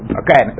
okay